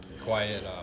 quiet